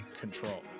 control